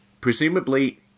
presumably